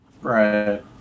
Right